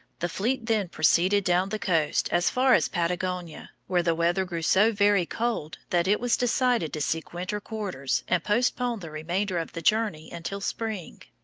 the fleet then proceeded down the coast as far as patagonia, where the weather grew so very cold that it was decided to seek winter quarters and postpone the remainder of the journey until spring.